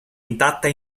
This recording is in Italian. intatta